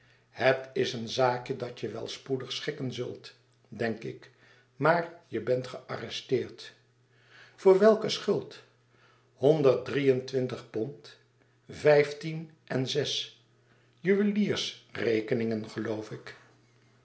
het is een zaakje dat je wel spoedig schikken zult denk ik maar je bent gearresteerd voorwelkeschuld honderd drie en twintig pond vijftien en zes juweliers rekening geloof ik